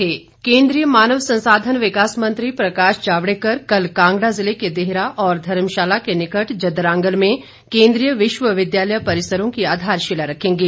केन्द्रीय विश्वविद्यालय केन्द्रीय मानव संसाधन विकास मंत्री प्रकाश जावड़ेकर कल कांगड़ा जिले के देहरा और धर्मशाला के निकट जदरांगल में केन्द्रीय विश्वविद्यालय परिसरों की आधारशिला रखेंगे